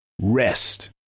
rest